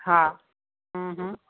हा हूं हूं